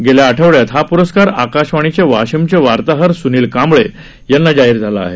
गेला आठवड़यात हा प्रस्कार आकाशवाणीचे वाशिमचे वार्ताहर सूनिल कांबळे यांना जाहीर झाला आहे